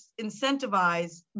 incentivize